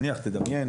תדמיין